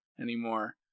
anymore